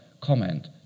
comment